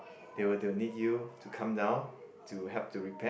they will they will need you to come down to help to repair